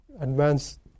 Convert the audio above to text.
advanced